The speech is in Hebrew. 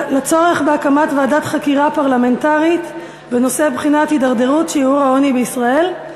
הצורך בהקמת ועדת חקירה פרלמנטרית לבחינת הגידול בשיעור העוני בישראל,